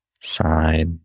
side